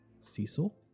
Cecil